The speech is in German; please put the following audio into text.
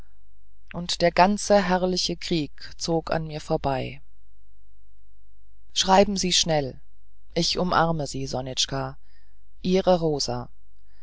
und der ganze herrliche krieg zog an mir vorbei schreiben sie schnell ich umarme sie sonitschka ihre rosa